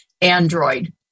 Android